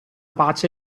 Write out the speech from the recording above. pace